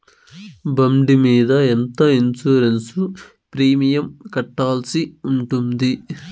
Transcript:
బండి మీద ఎంత ఇన్సూరెన్సు ప్రీమియం కట్టాల్సి ఉంటుంది?